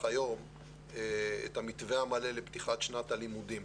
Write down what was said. היום את המתווה המלא לפתיחת שנת הלימודים.